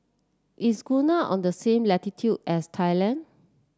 is Ghana on the same latitude as Thailand